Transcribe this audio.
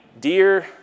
dear